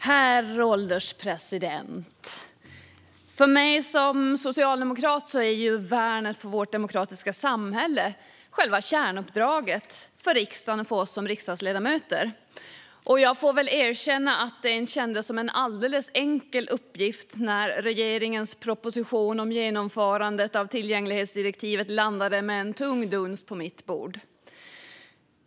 Herr ålderspresident! För mig som socialdemokrat är värnandet av Sveriges demokratiska samhälle själva kärnuppdraget för riksdagen och för oss som riksdagsledamöter. Jag får väl erkänna att det inte kändes som en alldeles enkel uppgift när regeringens proposition om genomförandet av tillgänglighetsdirektivet landade med en tung duns på mitt bord.